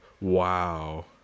wow